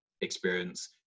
experience